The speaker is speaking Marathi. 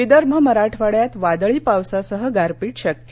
विदर्भ मराठवाड्यात वादळी पावसासह गारपीट शक्य